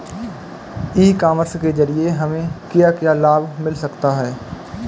ई commerce के ज़रिए हमें क्या क्या लाभ मिल सकता है?